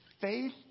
faith